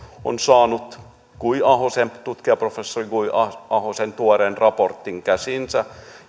on saanut tutkijaprofessori guy ahosen tuoreen raportin käsiinsä